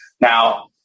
Now